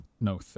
no